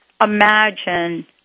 imagine